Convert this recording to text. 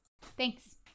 thanks